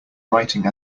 writing